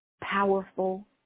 powerful